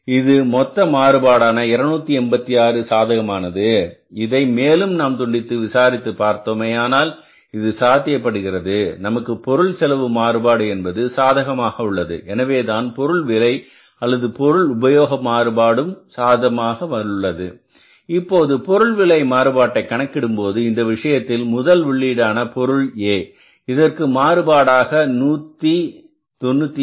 இது மொத்த மாறுபாடான 286 சாதகமானது இதை மேலும் நாம் துண்டித்து விசாரித்து பார்த்தோமேயானால் இது சாத்தியப்படுகிறது நமக்கு பொருள் செலவு மாறுபாடு என்பது சாதகமாக உள்ளது எனவேதான் பொருள் விலை அல்லது பொருள் உபயோக மாறுபாடு சாதகமாக உள்ளது இப்போது பொருள் விலை மாறுபாட்டை கணக்கிடும்போது இந்த விஷயத்தில் முதல் உள்ளீடான பொருள் A இதற்கு மாறுபாடாக நூத்தி 198